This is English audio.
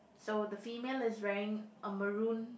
so the female is wearing a maroon